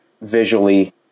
visually